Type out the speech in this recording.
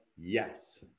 yes